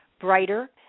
brighter